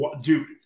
dude